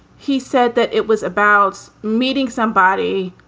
he said that it was about meeting somebody,